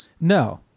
No